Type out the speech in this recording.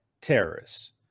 terrorists